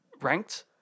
ranked